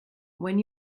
when